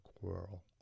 quarrel